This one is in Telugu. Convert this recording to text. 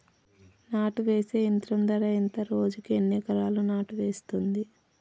నాటు వేసే యంత్రం ధర ఎంత రోజుకి ఎన్ని ఎకరాలు నాటు వేస్తుంది?